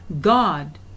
God